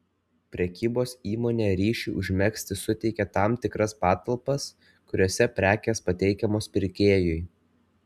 prekybos įmonė ryšiui užmegzti suteikia tam tikras patalpas kuriose prekės pateikiamos pirkėjui